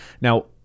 Now